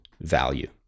value